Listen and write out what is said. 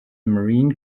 marine